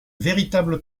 véritable